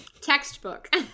textbook